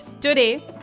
today